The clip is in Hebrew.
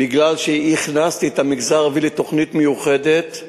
מפני שהכנסתי את המגזר הערבי לתוכנית מיוחדת.